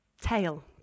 tail